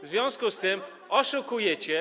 W związku z tym oszukujecie.